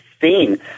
seen